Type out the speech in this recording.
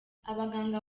abaganga